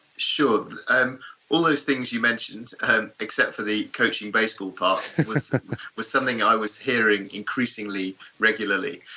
sure. and all those things you mentioned except for the coaching baseball part was something i was hearing increasingly regularly.